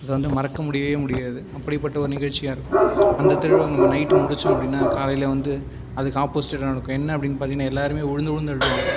அது வந்து மறக்க முடியவே முடியாது அப்படிப்பட்ட ஒரு நிகழ்ச்சியாக இருக்கும் அந்த திருவிழாவை நம்ம நைட் முடித்தோம் அப்படின்னா காலையில் வந்து அதுக்கு ஆப்போசிட்டாக நடக்கும் என்ன அப்படின்னு பார்த்தீங்கன்னா எல்லாேருமே விழுந்து விழுந்து அழுவாங்க